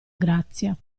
grazia